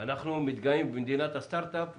מתגאים במדינת הסטרט-אפ שלנו,